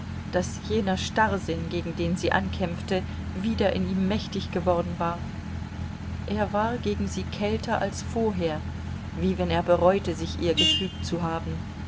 daß jener starrsinn gegen den sie ankämpfte wieder in ihm mächtig geworden war er war gegen sie kälter als vorher wie wenn er bereute sich ihr gefügt zu haben